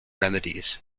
remedies